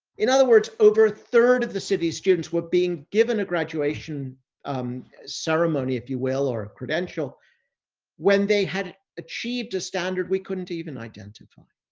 in other words, over third of the city's students were being given a graduation ceremony, if you will, or credential when they had achieved a standard, we couldn't even identify.